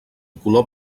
color